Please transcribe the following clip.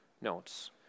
notes